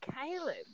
Caleb